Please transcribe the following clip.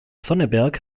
sonneberg